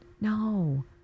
no